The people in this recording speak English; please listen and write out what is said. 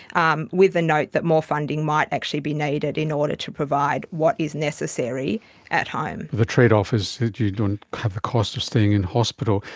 um with a note that more funding might actually be needed in order to provide what is necessary at home. the trade-off is that you don't have the cost of staying in hospital.